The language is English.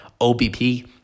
OBP